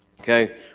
Okay